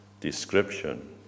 description